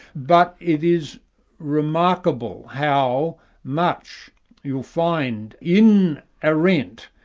but it is remarkable how much you'll find in arendt,